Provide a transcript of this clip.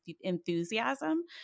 enthusiasm